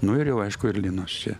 nu ir jau aišku ir linos čia